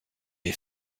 est